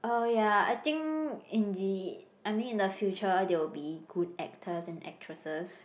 oh ya I think in the I mean in the future they will be good actors and actresses